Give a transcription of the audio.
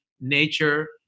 nature